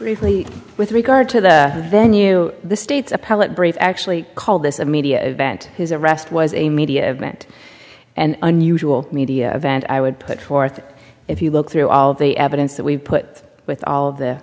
really with regard to the venue the state's appellate brief actually called this a media event his arrest was a media event and unusual media event i would put forth if you look through all of the evidence that we've put with all